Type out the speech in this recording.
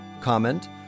comment